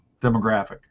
demographic